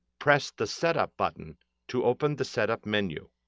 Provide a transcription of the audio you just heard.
press the setup button to open the setup menu.